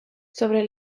sobre